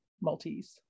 Maltese